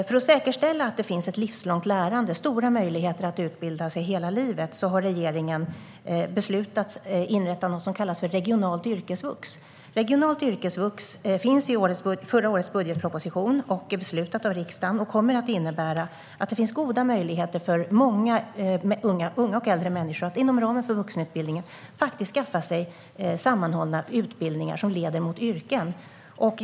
För att säkerställa att det finns ett livslångt lärande och stora möjligheter att utbilda sig hela livet har regeringen beslutat att inrätta något som kallas för regionalt yrkesvux. Regionalt yrkesvux finns i förra årets budgetproposition, är beslutat av riksdagen och kommer att innebära att det finns goda möjligheter för många unga och äldre människor att inom ramen för vuxenutbildningen skaffa sig sammanhållna utbildningar som leder mot yrken.